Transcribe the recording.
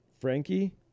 Frankie